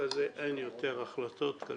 אבל אנחנו יכולים להשאיר הודעה